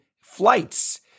flights